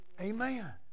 Amen